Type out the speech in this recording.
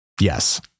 Yes